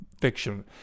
fiction